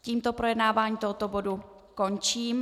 Tímto projednávání tohoto bodu končím.